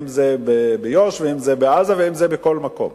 אם ביו"ש ואם בעזה ואם בכל מקום.